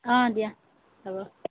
অঁ দিয়া হ'ব